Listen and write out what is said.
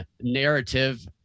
narrative